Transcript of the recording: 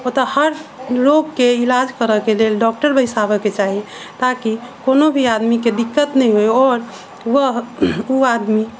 ओतऽ हर रोगके इलाज करऽके लेल डॉक्टर बैसाबऽके चाही ताकि कोनो भी आदमीके दिक्कत नहि होइ आओर वह ओ आदमी